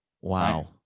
Wow